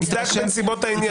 מוצדק בנסיבות העניין.